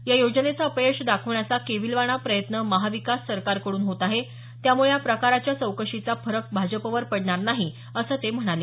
या योजनेचं अपयश दाखवण्याचा केविलवाणा प्रयत्न महाविकास सरकारकडून होत आहे त्यामुळे या प्रकारच्या चौकशीचा फरक भाजपवर पडणार नाही असं ते म्हणाले